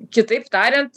kitaip tariant